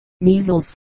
Measles